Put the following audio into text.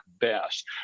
best